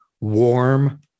warm